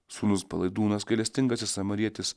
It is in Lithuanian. sūnus palaidūnas gailestingasis samarietis